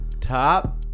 top